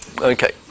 Okay